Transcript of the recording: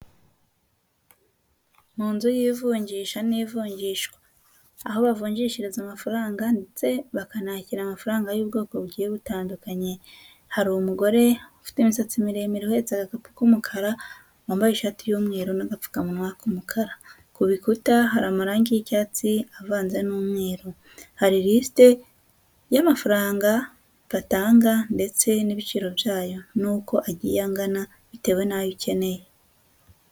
Mu nzu y'ivunjisha n'ivunjishwa, aho bavunjishiriza amafaranga ndetse bakanakira amafaranga y'ubwoko bugiye butandukanye, hari umugore ufite imisatsi miremire, uhetse agakapu k'umukara, wambaye ishati y'umweru n'agapfukamuwa k'umukara. Ku bikuta hari amarangi y'icyatsi avanze n'umweru. Hari risite y'amafaranga batanga ndetse n'ibiciro byayo n'uko agiye angana, bitewe n'ayo ukeneye.